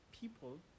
people